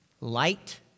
light